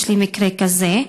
יש לי מקרה כזה,